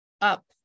up